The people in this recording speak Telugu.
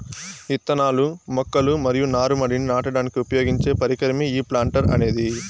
ఇత్తనాలు, మొక్కలు మరియు నారు మడిని నాటడానికి ఉపయోగించే పరికరమే ఈ ప్లాంటర్ అనేది